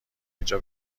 اینجا